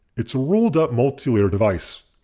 it's a rolled up multilayer device.